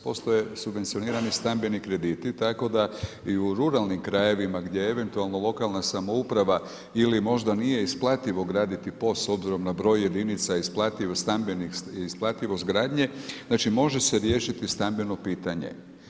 Postoje subvencionirani stambeni krediti tako da i u ruralnim krajevima gdje je eventualno lokalna samouprava ili možda nije isplativo graditi POS s obzirom na broj jedinica, isplativost stambenih, isplativost gradnje, znači može se riješiti stambeno pitanje.